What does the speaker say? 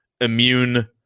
immune